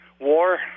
war